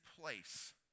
place